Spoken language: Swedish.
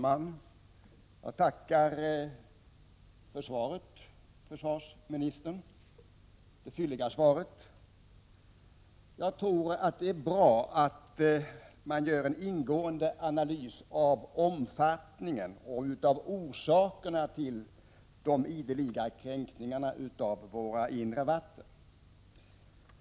Herr talman! Jag tackar försvarsministern för det fylliga svaret. Jag tror att det är bra att det görs en ingående analys av omfattningen och av orsakerna till de ideliga kränkningarna av våra inre vatten.